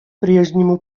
прежнему